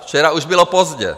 Včera už bylo pozdě!